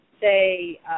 say